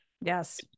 Yes